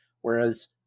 Whereas